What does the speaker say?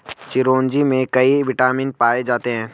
चिरोंजी में कई विटामिन पाए जाते हैं